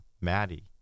maddie